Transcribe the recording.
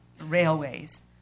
railways